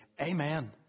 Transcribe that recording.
amen